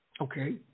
okay